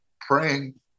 praying